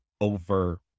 over